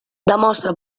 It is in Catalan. demostra